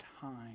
time